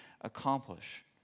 accomplish